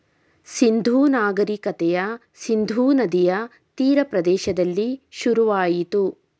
ಸಿಂಧೂ ನಾಗರಿಕತೆಯ ಸಿಂಧೂ ನದಿಯ ತೀರ ಪ್ರದೇಶದಲ್ಲಿ ಶುರುವಾಯಿತು